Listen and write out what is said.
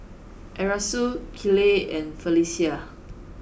Erastus Kiley and Felecia